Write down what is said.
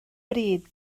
bryd